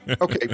Okay